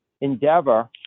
endeavor